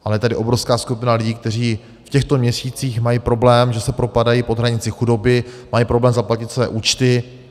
Ale je tady obrovská skupina lidí, kteří v těchto měsících mají problém, že se propadají pod hranici chudoby, mají problém zaplatit své účty.